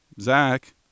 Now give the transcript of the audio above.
Zach